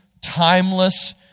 timeless